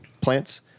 plants